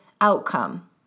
outcome